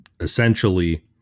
essentially